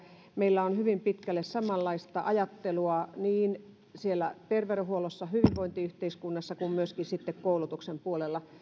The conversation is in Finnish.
meillä on hyvin pitkälle samanlaista ajattelua niin terveydenhuollossa hyvinvointiyhteiskunnassa kuin myöskin sitten koulutuksen puolella